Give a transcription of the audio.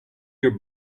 your